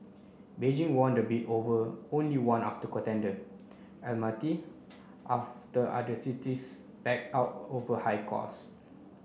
Beijing won the bid over only one after contender Almaty after other cities backed out over high cost